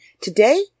Today